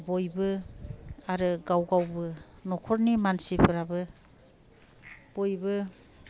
बयबो आरो गाव गावबो नख'रनि मानसि फोराबो बयबो